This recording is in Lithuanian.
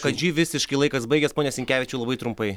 kadžy visiškai laikas baigias pone sinkevičiau labai trumpai